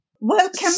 Welcome